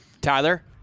Tyler